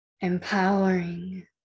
empowering